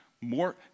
more